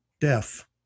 deaf